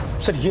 sir,